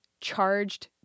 charged